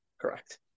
Correct